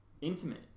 intimate